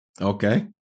okay